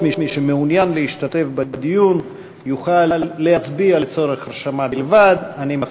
שעה 16:00 תוכן העניינים נאומים בני דקה 3 עמר בר-לב (העבודה):